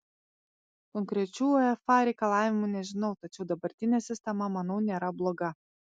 konkrečių uefa reikalavimų nežinau tačiau dabartinė sistema manau nėra bloga